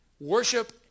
worship